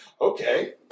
Okay